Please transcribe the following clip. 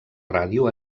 ràdio